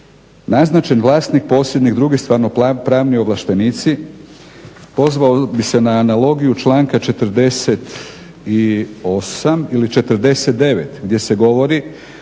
naznačen vlasnik posjednik drugi stvarnopravni ovlaštenici, pozvao bih se na analogiju članka 48. ili 49. gdje se govori: